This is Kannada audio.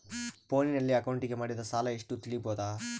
ಫೋನಿನಲ್ಲಿ ಅಕೌಂಟಿಗೆ ಮಾಡಿದ ಸಾಲ ಎಷ್ಟು ತಿಳೇಬೋದ?